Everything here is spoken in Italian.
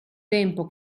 tempo